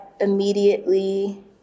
immediately